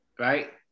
Right